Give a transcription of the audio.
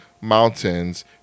Mountains